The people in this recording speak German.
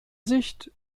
sicht